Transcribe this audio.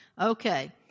Okay